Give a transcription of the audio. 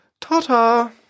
Ta-ta